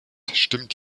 stimmt